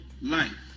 life